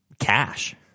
Cash